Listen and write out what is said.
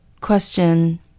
Question